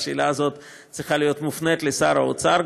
השאלה הזאת צריכה להיות מופנית לשר האוצר.